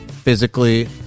physically